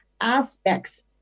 aspects